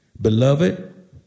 Beloved